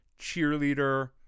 cheerleader